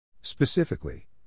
Specifically